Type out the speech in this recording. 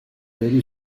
very